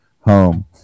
home